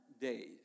days